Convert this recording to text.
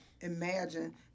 imagine